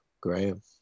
Graham